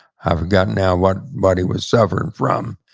i forgot now what but he was suffering from.